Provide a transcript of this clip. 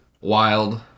wild